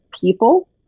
people